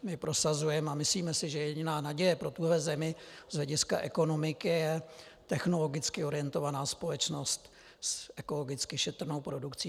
My prosazujeme a myslíme si, že jediná naděje pro tuhle zemi z hlediska ekonomiky je technologicky orientovaná společnost s ekologicky šetrnou produkcí.